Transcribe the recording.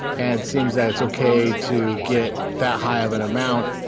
and it seems that it's ok to get that high of an amount,